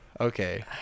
okay